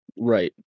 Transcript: right